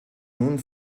nun